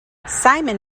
simon